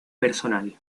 personal